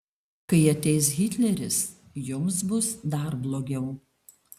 kai ateis hitleris jums bus dar blogiau